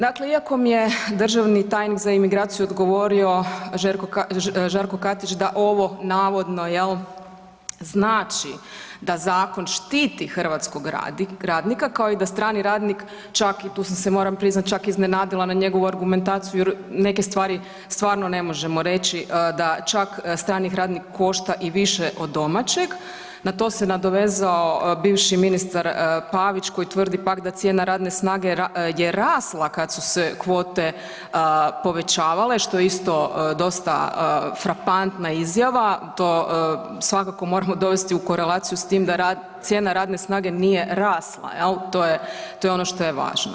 Dakle iako mi je državni tajnik za imigraciju odgovorio, Žarko Katić da ovo navodno jel', znači da zakon štiti hrvatskog radnika kao i da strani radnik čak i tu sam se moram priznat čak iznenadila na njegovu argumentaciju jer neke stvari stvarno ne možemo reći da čak strani radnik košta i više od domaćeg, na to se nadovezao bivših ministar Pavić koji tvrdi pak da cijena radne snage je rasla kad su se kvote povećavale, što je isto dosta frapantna izjava, to svakako moramo dovesti u korelaciju s tim da cijena radne snage nije rasla, jel', to je ono što je važno.